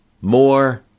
more